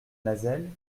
nazelles